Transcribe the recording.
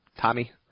Tommy